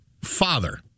father